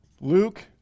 Luke